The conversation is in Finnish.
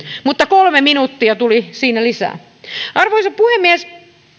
mutta kolme minuuttia tuli siinä lisää arvoisa puhemies